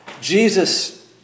Jesus